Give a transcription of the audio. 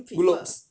good looks